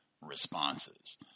responses